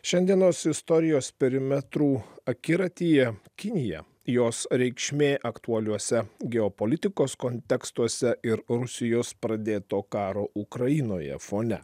šiandienos istorijos perimetrų akiratyje kinija jos reikšmė aktualiuose geopolitikos kontekstuose ir rusijos pradėto karo ukrainoje fone